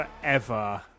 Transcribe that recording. forever